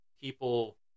people